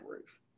roof